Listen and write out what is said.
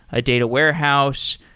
a data warehouse.